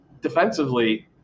defensively